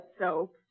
soap